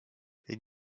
est